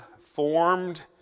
formed